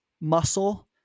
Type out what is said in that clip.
muscle